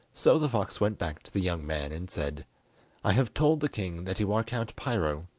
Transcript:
so the fox went back to the young man and said i have told the king that you are count piro,